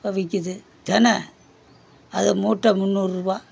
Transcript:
இப்போ விற்கிது தின அது மூட்டை முந்நூறுபா